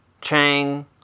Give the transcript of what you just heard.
Chang